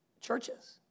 churches